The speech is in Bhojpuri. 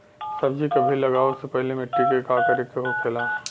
सब्जी कभी लगाओ से पहले मिट्टी के का करे के होखे ला?